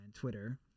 Twitter